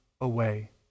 away